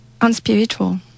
unspiritual